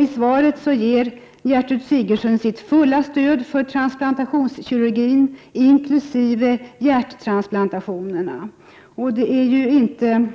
I svaret ger Gertrud Sigurdsen sitt fulla stöd för transplantationskirurgin inkl. hjärttransplantationerna. Det är inte